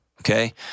Okay